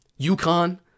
UConn